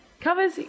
Cover's